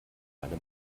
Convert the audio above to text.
beine